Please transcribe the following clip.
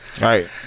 Right